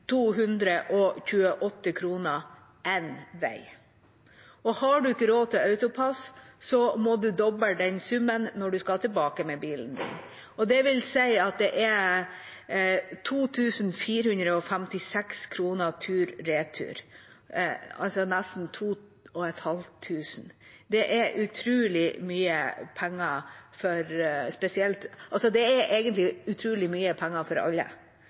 228 kr én vei. Har man ikke råd til AutoPASS, må man doble den summen når man skal tilbake med bilen. Det vil si at det er 2 456 kr tur/retur, altså nesten 2 500 kr. Det er utrolig mye penger for alle, men spesielt